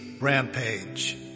rampage